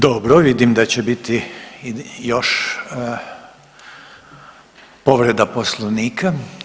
Dobro, vidim da će biti još povreda Poslovnika.